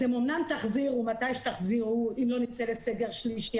אתם אמנם תחזירו מתי שתחזירו אם לא נצא לסגר שלישי,